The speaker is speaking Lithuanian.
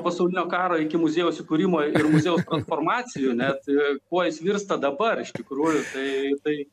pasaulinio karo iki muziejaus įkūrimo ir muziejaus transformacijų net kuo jis virsta dabar iš tikrųjų tai tai